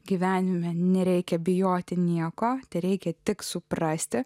gyvenime nereikia bijoti nieko tereikia tik suprasti